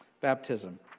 Baptism